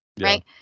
right